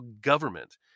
government